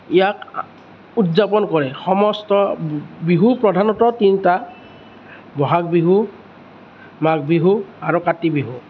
ইয়াক উদযাপন কৰে সমস্ত বিহু প্ৰধানঃ তিনিটা বহাগ বিহু মাঘ বিহু আৰু কাতি বিহু